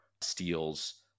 steals